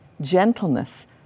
gentleness